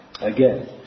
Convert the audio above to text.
again